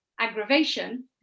aggravation